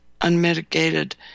unmitigated